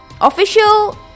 official